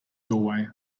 doorway